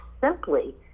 simply